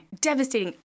Devastating